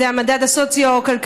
זה המדד הסוציו-כלכלי,